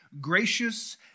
gracious